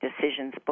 decisions